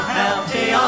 healthy